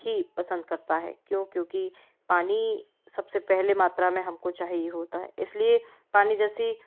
ही पसंद करता हैं क्यों क्योंकि पानी सबसे पहले मात्रा में हमको चाहिए होता है इसलिए पानी जैसी